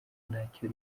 ntacyo